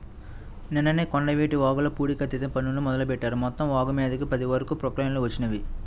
నిన్ననే కొండవీటి వాగుల పూడికతీత పనుల్ని మొదలుబెట్టారు, మొత్తం వాగుమీదకి పది వరకు ప్రొక్లైన్లు వచ్చినియ్యి